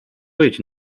być